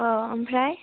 औ ओमफ्राय